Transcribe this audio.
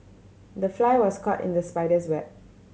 the fly was caught in the spider's web